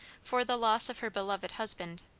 for the loss of her beloved husband.